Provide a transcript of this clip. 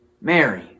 Mary